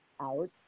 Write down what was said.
out